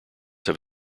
have